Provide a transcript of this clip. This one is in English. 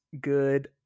good